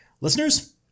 Listeners